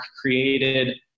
created